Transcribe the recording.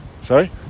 sorry